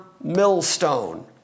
millstone